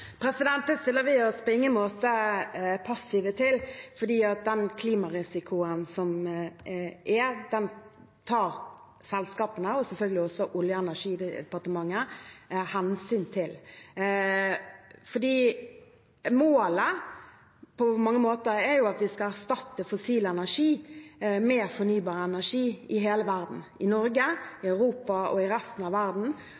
Det stiller vi oss på ingen måte passive til, for den klimarisikoen som er, tar selskapene og selvfølgelig også Olje- og energidepartementet hensyn til. Målet er på mange måter at vi skal erstatte fossil energi med fornybar energi i hele verden, i Norge,